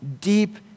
Deep